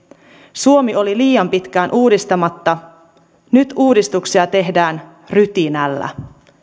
suomi oli liian pitkään uudistamatta nyt uudistuksia tehdään rytinällä